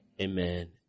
Amen